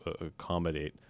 accommodate